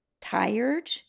tired